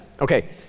Okay